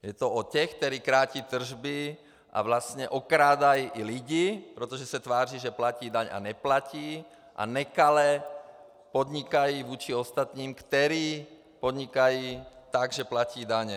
Je to o těch, kteří krátí tržby a vlastně okrádají i lidi, protože se tváří, že platí daně, a neplatí a nekale podnikají vůči ostatním, kteří podnikají tak, že platí daně.